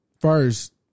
first